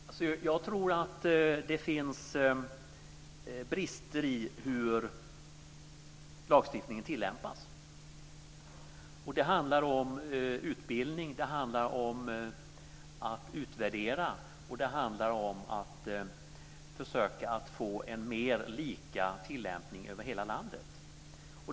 Fru talman! Jag tror att det finns brister i hur lagstiftningen tillämpas. Det handlar om utbildning, att utvärdera och att försöka att få en mer lika tillämpning över hela landet.